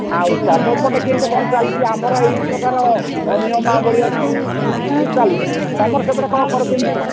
ଆଉ ତୁମପଟେ କେମିତି କ'ଣ ଚାଲିଛି ଆମର ଏହିପ୍ରକାର ନିୟମାବଳୀ ଅଛି ଇଏ ଚାଲୁଛି ତୁମର ସେ ପଟରେ କ'ଣ କର କେମିତି